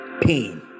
pain